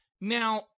Now